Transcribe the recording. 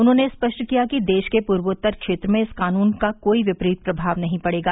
उन्होंने स्पष्ट किया कि देश के पूर्वोत्तर क्षेत्र में इस कानून का कोई विपरीत प्रभाव नहीं पड़ेगा